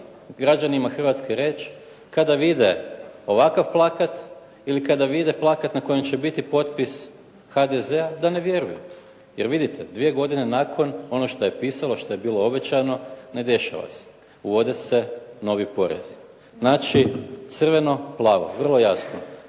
građanima Hrvatske reći kada vide ovakav plakat ili kada vide plakat na kojem će biti potpis HDZ-a da ne vjeruju, jer vidite dvije godine nakon ono što je pisalo, što je bilo obećano ne dešava se. Uvode se novi porezi. Znači crveno plavo, vrlo jasno.